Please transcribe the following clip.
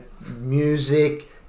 music